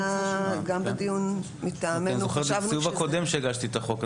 אני זוכר שבסיבוב הקודם הגשתי את החוק.